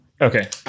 Okay